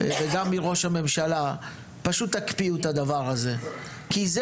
וגם מראש הממשלה פשוט תקפיאו את הדבר הזה כי זה